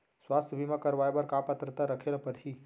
स्वास्थ्य बीमा करवाय बर का पात्रता रखे ल परही?